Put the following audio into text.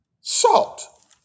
salt